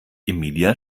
emilia